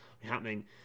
happening